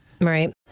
Right